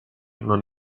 non